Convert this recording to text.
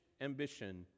ambition